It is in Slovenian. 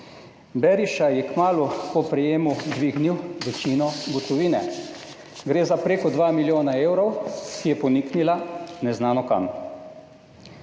Beriša. Kmalu je po prejemu dvignil večino gotovine, gre za preko 2 milijona evrov, ki je poniknila neznano kam.